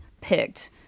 picked